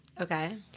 Okay